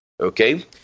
Okay